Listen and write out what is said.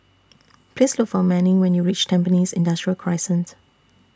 Please Look For Manning when YOU REACH Tampines Industrial Crescent